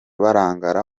barangara